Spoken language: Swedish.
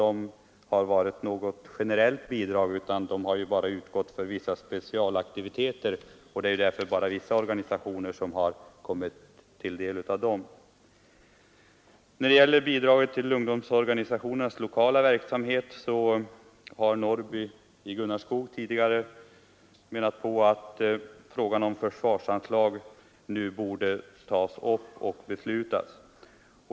Dessa bidrag har inte varit generella, utan de har utgått för specialaktiviteter, och det är därför bara vissa organisationer som fått del av dessa bidrag. I fråga om bidraget till ungdomsorganisationernas lokala verksamhet sade herr Norrby att frågan om förslagsanslag nu borde tas upp till beslut.